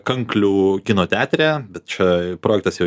kanklių kino teatre bet čia projektas jau